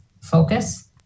focus